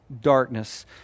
darkness